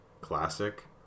classic